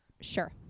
Sure